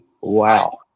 wow